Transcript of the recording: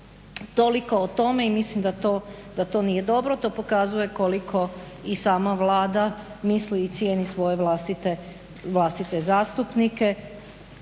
Toliko o tome i mislim da to nije dobro. To pokazuje koliko i sama Vlada misli i cijeni svoje vlastite zastupnike.